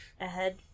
ahead